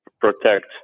protect